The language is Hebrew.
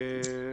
כמובן,